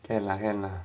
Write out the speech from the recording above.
can lah can lah